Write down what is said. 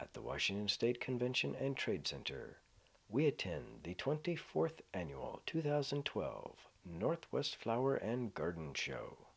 at the washington state convention and trade center we attend the twenty fourth annual two thousand and twelve northwest flower and garden show